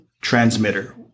Transmitter